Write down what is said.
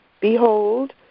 Behold